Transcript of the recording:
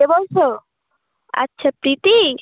কে বলছো আচ্ছা প্রীতি